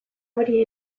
hori